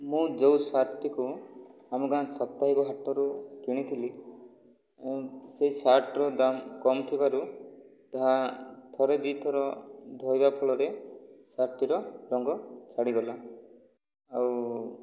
ମୁଁ ଯେଉଁ ସାର୍ଟ ଟିକୁ ଆମ ଗାଁ ସାପ୍ତାହିକ ହାଟରୁ କିଣିଥିଲି ସେ ସାର୍ଟର ଦାମ କମ ଥିବାରୁ ତାହା ଥରେ ଦୁଇଥର ଧୋଇବା ଫଳରେ ସାର୍ଟ ଟିର ରଙ୍ଗ ଛାଡ଼ିଗଲା ଆଉ